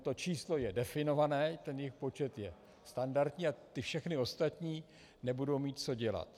To číslo je definované, jejich počet je standardní a ty všechny ostatní nebudou mít co dělat.